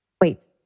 Wait